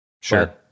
Sure